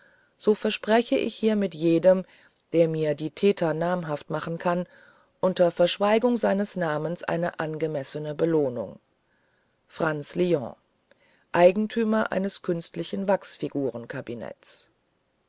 so verspreche ich hiermit jedem der mir die täter namhaft machen kann unter verschweigung seines namens eine angemessene belohnung